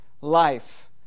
life